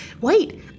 wait